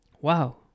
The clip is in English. wow